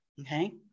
Okay